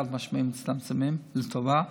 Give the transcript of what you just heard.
חד-משמעית מצטמצמים, לטובה,